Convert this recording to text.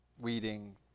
weeding